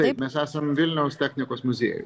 taip mes esam vilniaus technikos muziejuj